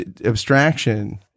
abstraction—